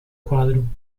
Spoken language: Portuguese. quadro